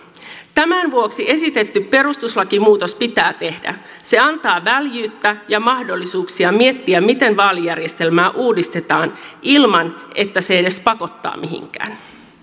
tämän vuoksi esitetty perustuslakimuutos pitää tehdä se antaa väljyyttä ja mahdollisuuksia miettiä miten vaalijärjestelmää uudistetaan ilman että se edes pakottaa mihinkään